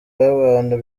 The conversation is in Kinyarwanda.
y’abantu